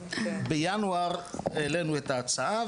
בינואר העלנו את ההצעה,